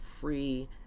free